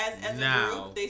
now